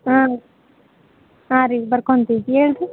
ಹಾಂ ಹಾಂ ರೀ ಬರ್ಕೊತೀವ್ ಹೇಳ್ರಿ